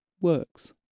works